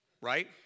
right